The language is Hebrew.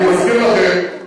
אני מזכיר לכם,